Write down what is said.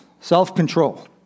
self-control